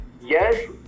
yes